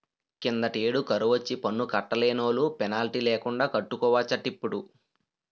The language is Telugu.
కిందటేడు కరువొచ్చి పన్ను కట్టలేనోలు పెనాల్టీ లేకండా కట్టుకోవచ్చటిప్పుడు